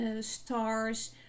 stars